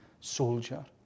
soldier